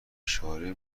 اشاره